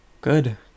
good